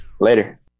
Later